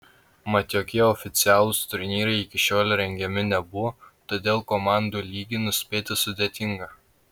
mat jokie oficialūs turnyrai iki šiol rengiami nebuvo todėl komandų lygį nuspėti sudėtinga